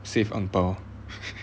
save ang bao